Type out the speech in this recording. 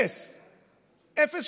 אפס.